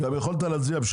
גם יכולת להצביע.